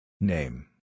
name